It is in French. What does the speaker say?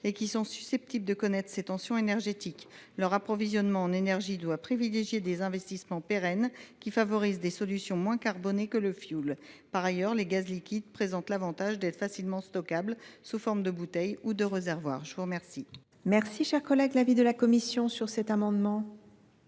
naturel sont susceptibles de connaître ces tensions énergétiques. Leur approvisionnement en énergie doit privilégier des investissements pérennes qui favorisent des solutions moins carbonées que le fioul. Par ailleurs, les gaz liquides présentent l’avantage d’être facilement stockables sous forme de bouteille ou de réservoir. Quel est l’avis de la commission ? Le même amendement